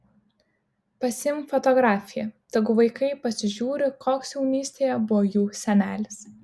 pasiimk fotografiją tegu vaikai pasižiūri koks jaunystėje buvo jų senelis